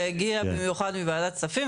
שהגיע במיוחד מוועדת כספים,